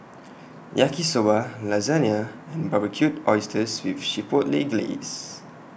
Yaki Soba Lasagna and Barbecued Oysters with Chipotle Glaze